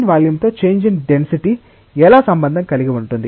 change in volume తో change in density ఎలా సంబంధం కలిగి ఉంటుంది